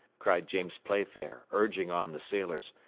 cried james playfair, urging on the sailors,